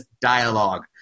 dialogue